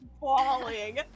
bawling